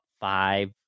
five